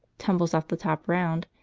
tumbles off the top round,